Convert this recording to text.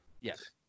Yes